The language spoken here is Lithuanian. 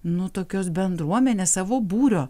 nu tokios bendruomenės savo būrio